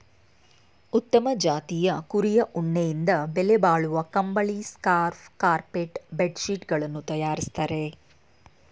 ಉತ್ತಮ ಜಾತಿಯ ಕುರಿಯ ಉಣ್ಣೆಯಿಂದ ಬೆಲೆಬಾಳುವ ಕಂಬಳಿ, ಸ್ಕಾರ್ಫ್ ಕಾರ್ಪೆಟ್ ಬೆಡ್ ಶೀಟ್ ಗಳನ್ನು ತರಯಾರಿಸ್ತರೆ